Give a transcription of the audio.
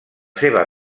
seva